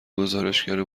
گزارشگر